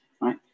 right